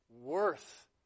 worth